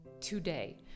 today